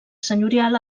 senyorial